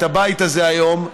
את הבית הזה היום,